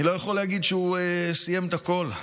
אני לא יכול להגיד שהוא סיים את הכול,